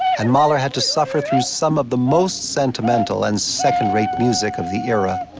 and mahler had to suffer through some of the most sentimental and second-rate music of the era.